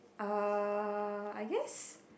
uh I guess